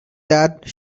that